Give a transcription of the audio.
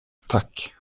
tack